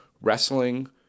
wrestling